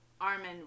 Armin